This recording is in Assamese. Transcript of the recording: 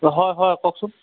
অঁ হয় হয় কওকচোন